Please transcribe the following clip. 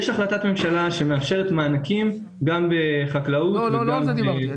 יש החלטת ממשלה שמאפשרת מענקים גם בחקלאות וגם ב --- לא על זה דיברתי.